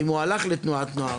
זה האם הוא הלך לתנועת נוער,